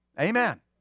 Amen